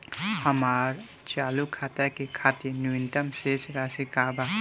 हमार चालू खाता के खातिर न्यूनतम शेष राशि का बा?